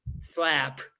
slap